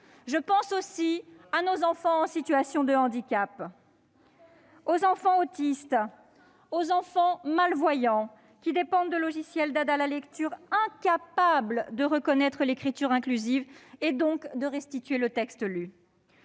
Je pense aussi à tous les enfants en situation de handicap, enfants autistes, enfants malvoyants, qui dépendent de logiciels d'aide à la lecture incapables de reconnaître l'écriture inclusive et, donc, de restituer le texte lu.